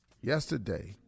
Yesterday